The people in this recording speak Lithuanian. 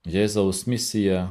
jėzaus misija